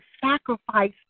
sacrifice